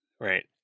Right